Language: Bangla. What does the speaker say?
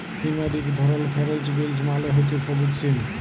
সিমের ইক ধরল ফেরেল্চ বিলস মালে হছে সব্যুজ সিম